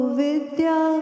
vidya